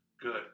good